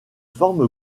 forme